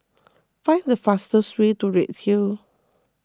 find the fastest way to Redhill